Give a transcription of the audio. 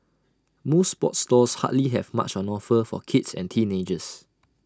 most sports stores hardly have much on offer for kids and teenagers